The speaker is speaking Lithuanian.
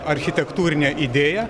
architektūrinė idėja